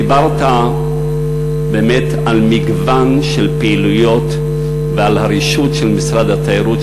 דיברת באמת על מגוון של פעילויות ועל הרשות של משרד התיירות,